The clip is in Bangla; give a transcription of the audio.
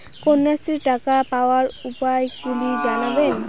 কন্যাশ্রীর টাকা পাওয়ার উপায়গুলি জানাবেন?